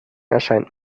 erscheint